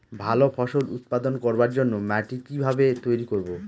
ভালো ফসল উৎপাদন করবার জন্য মাটি কি ভাবে তৈরী করব?